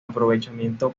aprovechamiento